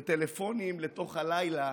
בטלפונים לתוך הלילה